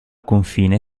confine